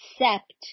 accept